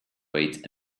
wait